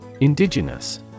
Indigenous